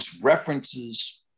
references